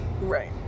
Right